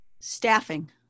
Staffing